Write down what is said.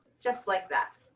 just like that.